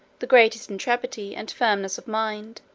the greatest intrepidity and firmness of mind,